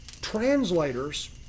Translators